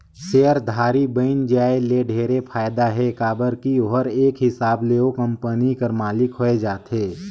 सेयरधारी बइन जाये ले ढेरे फायदा हे काबर की ओहर एक हिसाब ले ओ कंपनी कर मालिक होए जाथे